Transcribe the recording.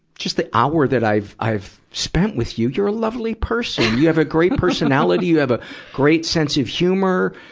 just the hour that i've, i've spent with you, you're a lovely person. you have a great personality. you have a great sense of humor.